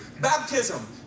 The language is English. Baptism